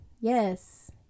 Yes